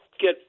get